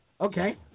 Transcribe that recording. Okay